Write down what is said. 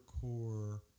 core